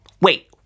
Wait